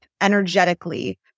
energetically